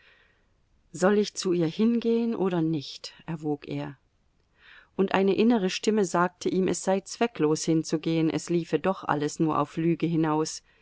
soll ich zu ihr hingehen oder nicht erwog er und eine innere stimme sagte ihm es sei zwecklos hinzugehen es liefe doch alles nur auf lüge hinaus